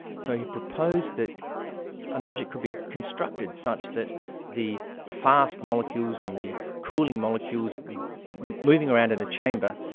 so he proposed that an object could be constructed such that the fast molecules and the cooling molecules moving around in a chamber,